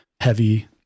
heavy